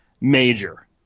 major